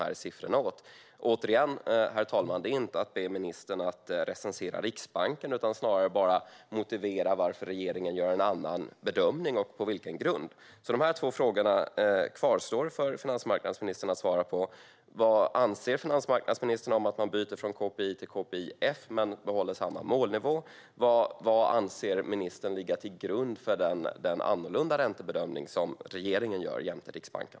Herr talman! Återigen: Det är inte att be ministern att recensera Riksbanken utan snarare att motivera varför regeringen gör en annan bedömning och på vilken grund. De två frågorna kvarstår för finansmarknadsministern att svara på. Vad anser finansmarknadsministern om att man byter från KPI till KPIF men behåller samma målnivå? Vad anser ministern ligga till grund för den annorlunda räntebedömning som regeringen gör jämte Riksbanken?